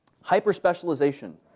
hyper-specialization